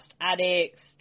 addicts